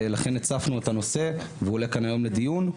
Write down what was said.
לכן הצפנו את הנושא והוא עולה כאן היום לדיון.